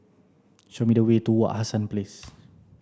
show me the way to Wak Hassan Place